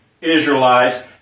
Israelites